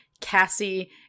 Cassie